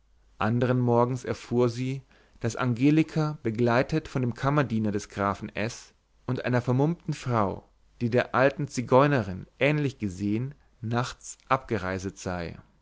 andern morgens erfuhr sie daß angelika begleitet von dem kammerdiener des grafen s und einer vermummten frau die der alten roten zigeunerin ähnlich gesehen nachts abgereiset sei